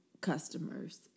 customers